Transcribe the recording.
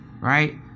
right